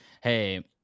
Hey